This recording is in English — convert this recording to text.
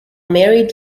married